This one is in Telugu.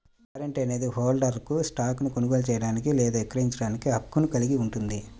వారెంట్ అనేది హోల్డర్కు స్టాక్ను కొనుగోలు చేయడానికి లేదా విక్రయించడానికి హక్కును కలిగి ఉంటుంది